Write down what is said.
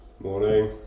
Morning